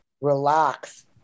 relax